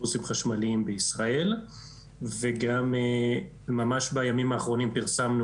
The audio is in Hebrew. אוטובוסים חשמליים בישראל וגם ממש בימים האחרונים פרסמנו